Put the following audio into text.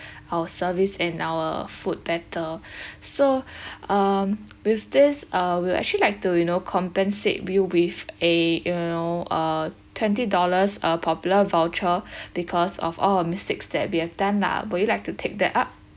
our service and our food better so um with this uh we actually like to you know compensate you with a you know uh twenty dollars uh Popular voucher because of our mistakes that we have done lah would you like to take that up